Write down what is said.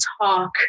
talk